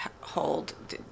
hold